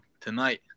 tonight